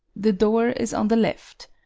the door is on the left.